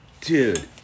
Dude